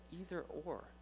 either-or